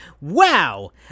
Wow